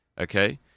okay